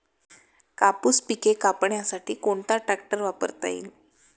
कापूस पिके कापण्यासाठी कोणता ट्रॅक्टर वापरता येईल?